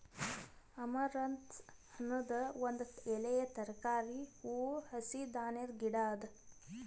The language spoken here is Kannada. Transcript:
ಅಮರಂಥಸ್ ಅನದ್ ಒಂದ್ ಎಲೆಯ ತರಕಾರಿ, ಹೂವು, ಹಸಿ ಧಾನ್ಯದ ಗಿಡ ಅದಾ